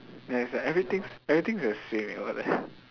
there is a everything everything is the same eh what the